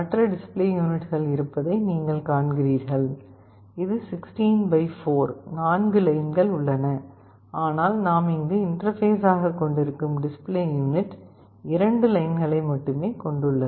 மற்ற டிஸ்ப்ளே யூனிட்கள் இருப்பதை நீங்கள் காண்கிறீர்கள் இது 16 பை 4 4 லைன்கள் உள்ளன ஆனால் நாம் இங்கு இன்டர்பேஸ் ஆக கொண்டிருக்கும் டிஸ்ப்ளே யூனிட் 2 லைன்களை மட்டுமே கொண்டுள்ளது